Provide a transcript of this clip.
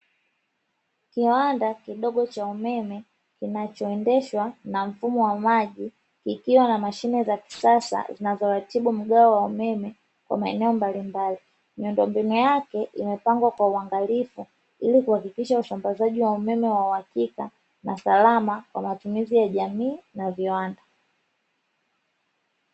Kiwanda kidogo cha umeme kinacho endeshwa na mfumo wa maji ikiwa na mashine za kisasa zinazoratibu mgao wa umeme kwa maeneo mbalimbali. Miundo mbinu yake imepanga kwa uangalifu ilikuhakikisha usambazaji wa umeme wa uhakika na salama kwa matumizi ya jamii na viwanda.